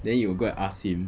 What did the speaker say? then you go and ask him